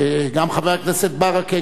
גם חבר הכנסת ברכה,